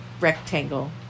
rectangle